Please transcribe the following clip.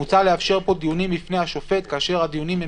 מוצע לאפשר פה דיונים לפני השופט כאשר הדיונים הם